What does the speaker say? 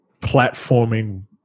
platforming